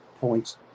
points